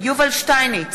יובל שטייניץ,